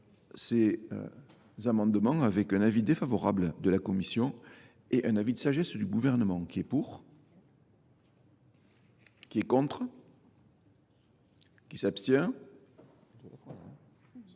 ces amendements avec un avis défavorable de la Commission et un avis de sagesse du gouvernement, qui est pour ? Qui est contre ? Qui s'abstient